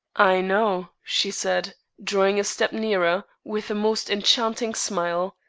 i know, she said, drawing a step nearer, with a most enchanting smile.